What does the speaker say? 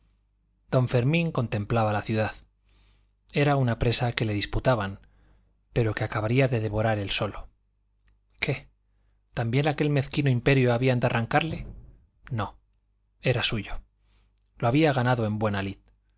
don fermín contemplaba la ciudad era una presa que le disputaban pero que acabaría de devorar él solo qué también aquel mezquino imperio habían de arrancarle no era suyo lo había ganado en buena lid